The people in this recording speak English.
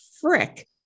frick